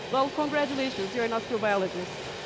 well, congratulations, you're an astrobiologist.